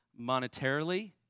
monetarily